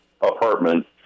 apartment